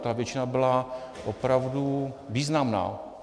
Ta většina byla opravdu významná.